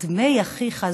דמי אחיך,